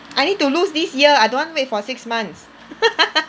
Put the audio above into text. I need to lose this year I don't want wait for six months